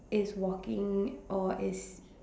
it's walking or is